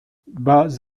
bas